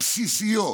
בסיסיות